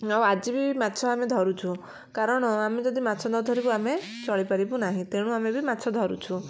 ଆଉ ଆଜି ବି ମାଛ ଆମେ ଧରୁଛୁ କାରଣ ଆମେ ଯଦି ମାଛ ନ ଧରିବା ଆମେ ଚଳି ପାରିବୁ ନାହିଁ ତେଣୁ ଆମେ ବି ମାଛ ଧରୁଛୁ